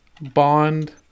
bond